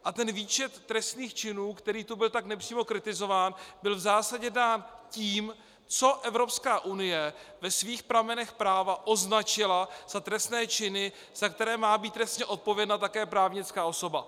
A ten výčet trestných činů, který tu byl tak nepřímo kritizován, byl v zásadě dán tím, co Evropská unie ve svých pramenech práva označila za trestné činy, za které má být trestně odpovědna také právnická osoba.